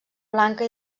blanca